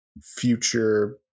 future